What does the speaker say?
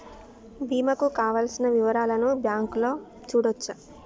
బీమా కు కావలసిన వివరాలను బ్యాంకులో చూడొచ్చా?